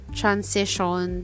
transition